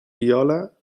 viola